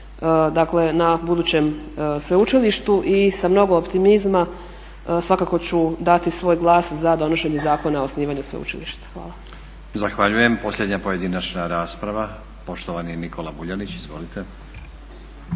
dakle na budućem sveučilištu i sa mnogo optimizma svakako ću dati svoj glas za donošenje zakona o osnivanju sveučilišta. Hvala. **Stazić, Nenad (SDP)** Zahvaljujem. Posljednja pojedinačna rasprava, poštovani Nikola Vuljanić. Izvolite.